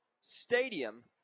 Stadium